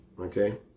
Okay